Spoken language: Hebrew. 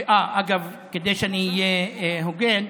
אגב, כדי שאהיה הוגן,